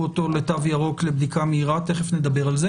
אותו לתו ירוק לבדיקה מהירה תיכף נדבר על זה